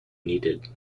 needed